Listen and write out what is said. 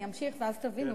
אני אמשיך ואז תבינו,